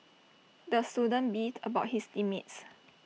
the student beefed about his team mates